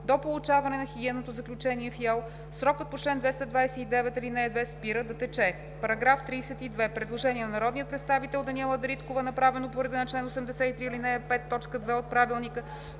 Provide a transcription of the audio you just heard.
До получаване на хигиенното заключение в ИАЛ срокът по чл. 229, ал. 2 спира да тече.“ По § 32 има предложение на народния представител Даниела Дариткова, направено по реда на чл. 83. ал. 5, т. 2 от Правилника